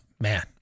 man